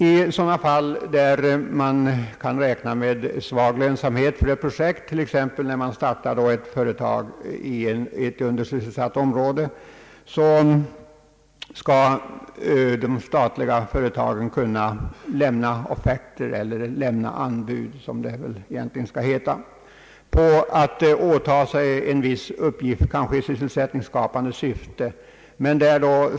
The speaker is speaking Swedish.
I fall där man kan räkna med svag lönsamhet för ett projekt, t.ex. vid etablering av företag i ett undersysselsatt område, skall de statliga företagen kunna lämna offerter eller anbud, som det egentligen heter, när det gäller att åta sig en viss uppgift i sysselsättningsskapande syfte.